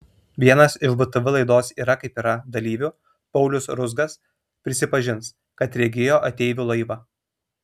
vienas iš btv laidos yra kaip yra dalyvių paulius ruzgas prisipažins kad regėjo ateivių laivą